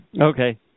Okay